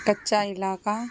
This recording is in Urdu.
کچہ علاقہ